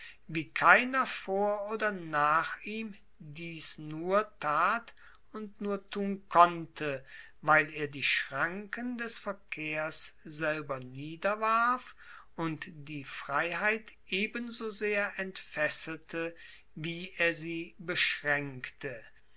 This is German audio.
wie keiner vor oder nach ihm dies nur tat und nur tun konnte weil er die schranken des verkehrs selber niederwarf und die freiheit ebensosehr entfesselte wie er sie beschraenkte